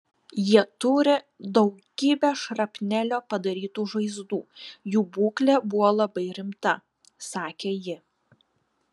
jie turi daugybę šrapnelio padarytų žaizdų jų būklė buvo labai rimta sakė ji